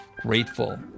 grateful